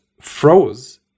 froze